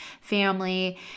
family